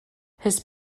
his